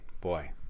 Boy